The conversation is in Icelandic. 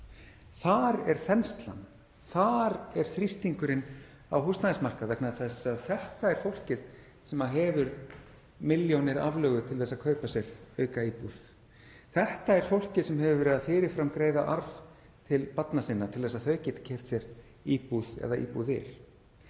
Þar er þenslan. Þar er þrýstingurinn á húsnæðismarkaði vegna þess að þetta er fólkið sem hefur milljónir aflögu til að kaupa sér aukaíbúð. Þetta er fólkið sem hefur verið að fyrirframgreiða arf til barna sinna til þess að þau geti keypt sér íbúð eða íbúðir.